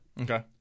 Okay